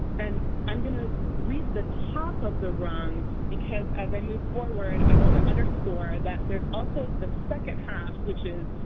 and i'm going to read the top of the rung because as i move forward i want to underscore that there is also second half, which is,